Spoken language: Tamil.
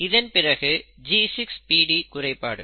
இதன்பிறகு G6PD குறைபாடு